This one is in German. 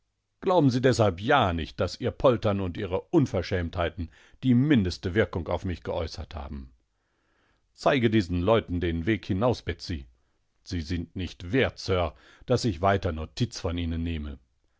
glauben sie deshalb ja nicht daß ihr poltern und ihre unverschämtheiten die mindeste wirkung auf mich geäußert haben zeige diesen leuten den weg hinaus betsey sie sind nicht wert sir daß ich weiter notiz von ihnennehme